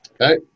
Okay